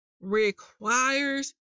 requires